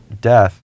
death